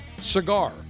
cigar